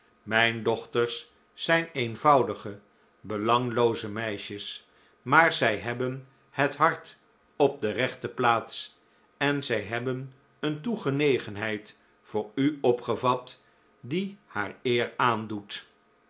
mijn dochters zijn eenvoudige belanglooze meisjes maar zij hebben het hart op de rechte plaats en zij hebben een toegenegenheid voor u opgevat die haar eer aandoet